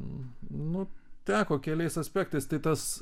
nu teko keliais aspektais tai tas